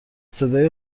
صدای